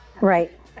Right